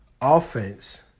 offense